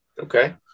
okay